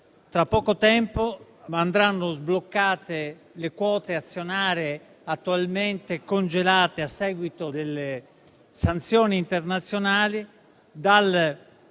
tra poco tempo, andranno sbloccate le quote azionarie attualmente congelate a seguito delle sanzioni internazionali,